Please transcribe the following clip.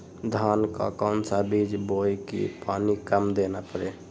धान का कौन सा बीज बोय की पानी कम देना परे?